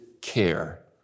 care